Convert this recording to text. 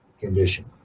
condition